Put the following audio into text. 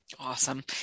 Awesome